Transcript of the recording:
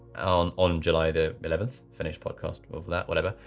on on july the eleventh finished podcast of that, whatever.